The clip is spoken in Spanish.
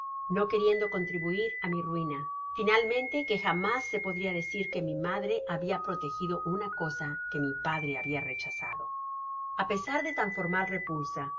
no queriendo contribuir á mi ruina finalmente que jamás se podria decir que mi madre s habia protegido una cosa que mi padre habia rechazado a pesar de tan formal repulsa